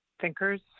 thinkers